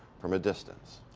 from a distance.